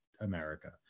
America